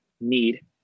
need